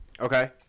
okay